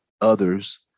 others